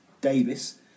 Davis